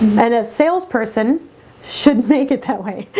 and a salesperson should make it that way.